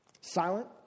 Silent